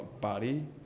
body